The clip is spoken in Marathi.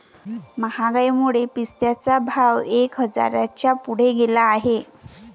महागाईमुळे पिस्त्याचा भाव एक हजाराच्या पुढे गेला आहे